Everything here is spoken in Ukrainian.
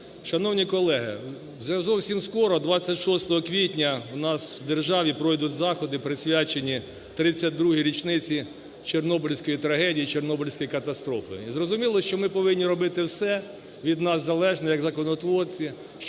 Шановні колеги, вже зовсім скоро, 26 квітня, в нас в державі пройдуть заходи, присвячені 32-й річниці Чорнобильської трагедії – Чорнобильській катастрофі. І зрозуміло, що ми повинні робити все від нас залежне, як законотворці,